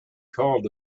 called